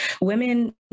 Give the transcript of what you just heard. Women